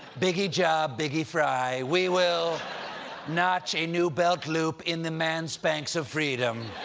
biggie job, biggie fry. we will notch a new belt loop in the man-spanx of freedom.